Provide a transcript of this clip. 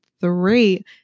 three